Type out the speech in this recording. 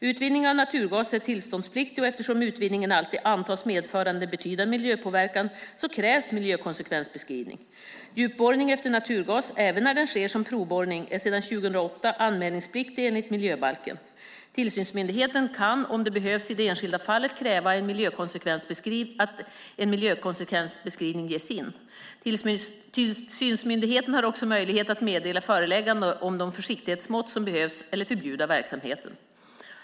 Utvinning av naturgas är tillståndspliktig, och eftersom utvinningen alltid antas medföra en betydande miljöpåverkan krävs miljökonsekvensbeskrivning. Djupborrning efter naturgas, även när den sker som provborrning, är sedan 2008 anmälningspliktig enligt miljöbalken. Tillsynsmyndigheten kan, om det behövs i det enskilda fallet, kräva att en miljökonsekvensbeskrivning ges in. Tillsynsmyndigheten har också möjlighet att meddela föreläggande om de försiktighetsmått som behövs eller förbjuda verksamheten.